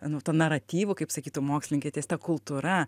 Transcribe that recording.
nu tuo naratyvu kaip sakytų mokslininkai ties ta kultūra